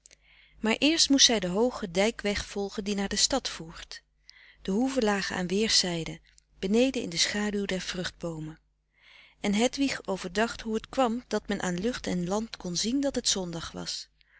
maar eerst moest zij den hoogen dijkweg volgen die naar de stad voert de hoeven lagen aan weerszijden beneden in de schaduw der vruchtboomen en hedwig overdacht hoe het kwam dat men aan lucht en land kon zien dat het zondag was